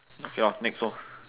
okay orh next so